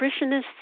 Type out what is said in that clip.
nutritionist's